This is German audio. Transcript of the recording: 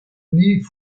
nie